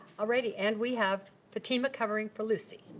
alrighty and we have fatima covering for lucy.